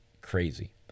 crazy